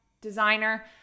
designer